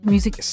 Music